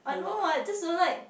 a lot